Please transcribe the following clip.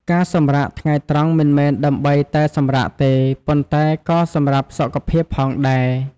ការសម្រាកថ្ងៃត្រង់មិនមែនដើម្បីតែសម្រាកទេ ប៉ុន្តែក៏សម្រាប់សុខភាពផងដែរ។